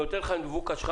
נותן לך את מבוקשך,